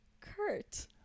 Kurt